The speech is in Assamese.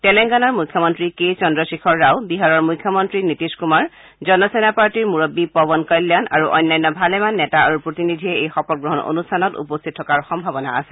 তেলেংগানাৰ মুখ্যমন্ত্ৰী কে চন্দ্ৰশেখৰ ৰাও বিহাৰৰ মুখ্যমন্ত্ৰী নীতিশ কুমাৰ জনসেনা পাৰ্টীৰ মুৰববী পৱন কল্যাণ আৰু অন্যান্য ভালেমান নেতা আৰু প্ৰতিনিধিয়ে এই শপতগ্ৰহণ অনুষ্ঠানত উপস্থিত থকাৰ সম্ভাৱনা আছে